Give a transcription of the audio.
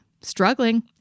struggling